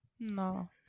No